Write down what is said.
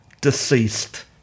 deceased